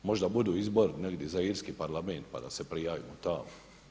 Možda budu izbori negdje za irski parlament pa da se prijavimo tamo.